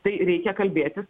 tai reikia kalbėtis